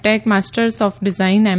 tech masters of design M